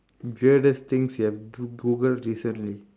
weirdest things you have Goo~ Googled recently